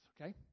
Okay